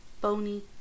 bony